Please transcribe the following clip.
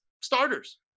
starters